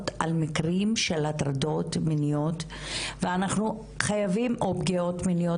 על מקרים של הטרדות מיניות או פגיעות מיניות.